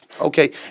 Okay